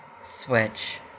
switch